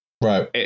Right